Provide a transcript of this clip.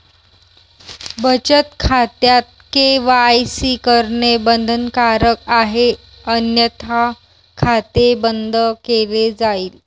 बचत खात्यात के.वाय.सी करणे बंधनकारक आहे अन्यथा खाते बंद केले जाईल